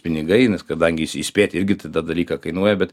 pinigai nes kadangi įs įspėt irgi t tą dalyką kainuoja bet